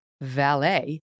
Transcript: valet